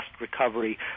recovery